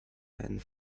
and